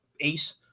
ace